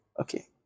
Okay